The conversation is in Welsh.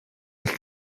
eich